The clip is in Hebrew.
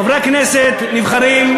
חברי הכנסת נבחרים,